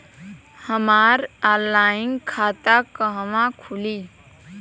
हमार ऑनलाइन खाता कहवा खुली?